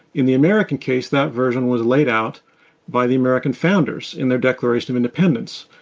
in the american case, that version was laid out by the american founders in their declaration of independence,